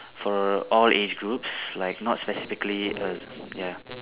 for all age groups like not specifically a ya